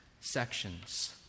sections